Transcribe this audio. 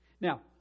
Now